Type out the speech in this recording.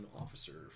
officer